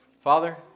Father